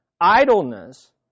idleness